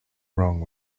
wrong